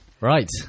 Right